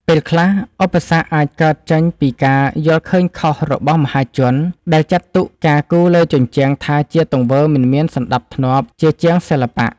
ពេលខ្លះ ឧបសគ្គអាចកើតចេញពីការយល់ឃើញខុសរបស់មហាជន ដែលចាត់ទុកការគូរលើជញ្ជាំងថាជាទង្វើមិនមានសណ្ដាប់ធ្នាប់ ជាជាងសិល្បៈ។